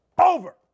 over